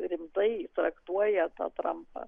rimtai traktuoja tą trampą